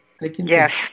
Yes